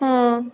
ହଁ